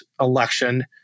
election